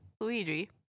luigi